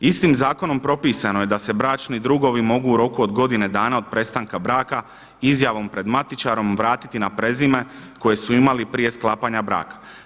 Istim zakonom propisano je da se bračni drugovi mogu u roku od godine dana od prestanka braka izjavom pred matičarom vratiti na prezime koje su imali prije sklapanja braka.